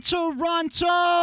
Toronto